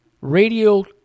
Radio